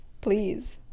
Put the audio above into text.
please